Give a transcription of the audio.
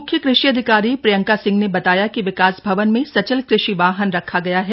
मुख्य कृषि अधिकारी प्रियंका सिंह ने बताया कि विकास भवन में सचल कृषि वाहन रखा गया है